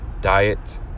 Diet